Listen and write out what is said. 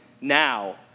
now